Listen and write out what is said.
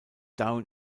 down